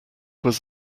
was